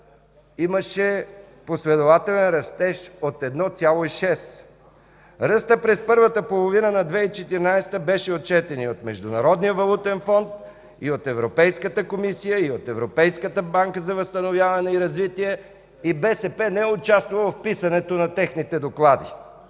имаше последователен растеж от 1,6. Ръстът през първата половина на 2014 г. беше отчетен и от МВФ, и от Европейската комисия, и от Европейската банка за възстановяване и развитие и БСП не участва в писането на техните доклади.